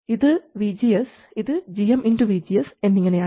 ഇത് vGS ഇത് gmvGS എന്നിങ്ങനെയാണ്